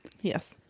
Yes